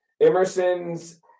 Emerson's